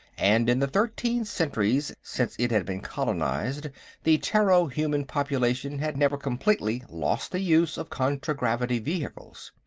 and in the thirteen centuries since it had been colonized the terro-human population had never completely lost the use of contragravity vehicles.